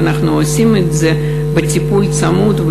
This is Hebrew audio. אנחנו עושים את זה בטיפול צמוד.